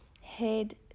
head